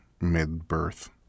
mid-birth